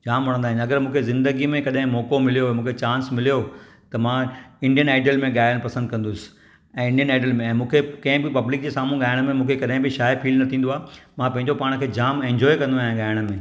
जाम वणंदा आइन अगरि मूंखे ज़िंदगी में कॾहिं मौक़़ो मिलियो मूंखे चांस मिलियो त मां इंडियन आइडल में ॻायण पसंदि कंदुसि ऐं इंडियन आइडल में मूंखे केंहि बि पब्लिक जे साम्हू ॻायण में मुंखे कॾेहिं बि छा आहे फील न थींदो आहे मां पंहिंजो पाण खे जाम इंजॉय कंदो आहियां ॻायण में